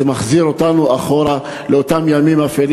זה מחזיר אותנו אחורה לאותם ימים אפלים